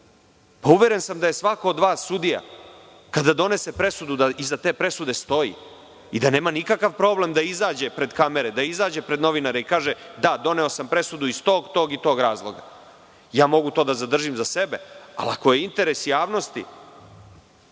Uveren sam da svako od vas sudija, kada donese presudu, da iza te presude stoji i da nema nikakav problem da izađe pred kamere, da izađe pred novinare i kaže – da, doneo sam presudu iz tog i tog razloga. Ja mogu to da zadržim za sebe, ali ako je interes javnosti